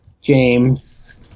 James